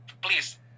please